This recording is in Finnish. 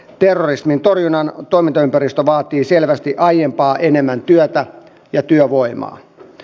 terrorismin torjunnan toimintaympäristö vaatii selvästi aiempaa enemmän työtä ja työvoimaa